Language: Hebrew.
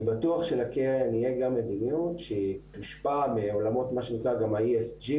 אני בטוח שלקרן תהיה גם מדיניות שתושפע מעולמות של ה-ESG,